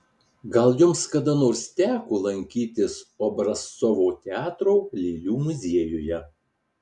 gal jums kada nors teko lankytis obrazcovo teatro lėlių muziejuje